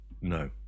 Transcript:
no